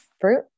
fruit